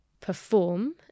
perform